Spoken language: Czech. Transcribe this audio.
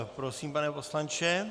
Prosím, pane poslanče.